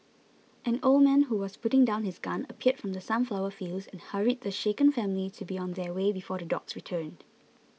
an old man who was putting down his gun appeared from the sunflower fields and hurried the shaken family to be on their way before the dogs return